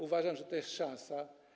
Uważam, że to jest szansa.